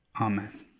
Amen